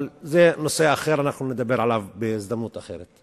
אבל זה נושא אחר, אנחנו נדבר עליו בהזדמנות אחרת.